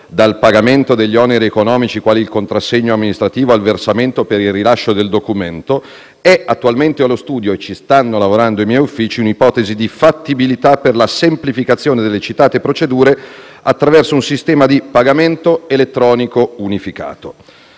dal pagamento degli oneri economici, quali il contrassegno amministrativo e il versamento per il rilascio del documento, è attualmente allo studio - e ci stanno lavorando i miei uffici - un'ipotesi di fattibilità per la semplificazione delle citate procedure attraverso un sistema di pagamento elettronico unificato.